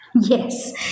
Yes